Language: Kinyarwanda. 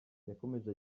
yakomeje